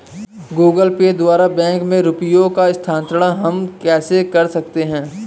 Google Pay द्वारा bank में रुपयों का स्थानांतरण हम कैसे कर सकते हैं?